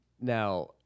Now